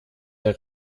der